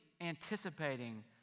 anticipating